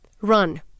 Run